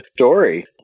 story